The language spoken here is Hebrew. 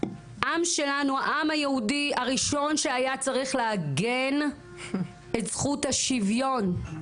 העם שלנו העם היהודי הראשון שהיה צריך לעגן את זכות השוויון,